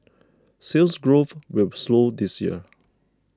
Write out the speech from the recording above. Sales Growth will slow this year